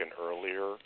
earlier